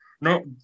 No